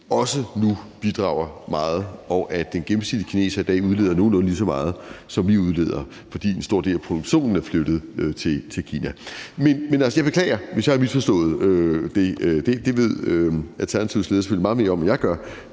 også bidrager meget, og at den gennemsnitlige kineser i dag udleder nogenlunde lige så meget, som vi udleder, fordi en stor del af produktionen er flyttet til Kina. Men altså, jeg beklager, hvis jeg har misforstået det. Alternativets leder ved selvfølgelig meget mere om, hvad